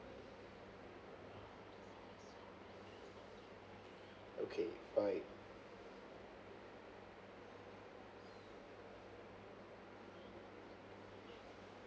okay bye